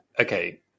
okay